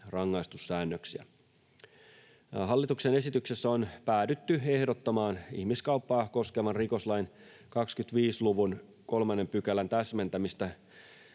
rangaistussäännöksiä. Hallituksen esityksessä on päädytty ehdottamaan ihmiskauppaa koskevan rikoslain 25 luvun 3 §:n täsmentämistä